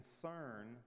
concern